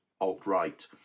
alt-right